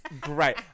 great